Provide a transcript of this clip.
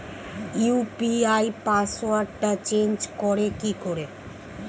UPI পাসওয়ার্ডটা change করে কি করে?